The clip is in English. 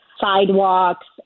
sidewalks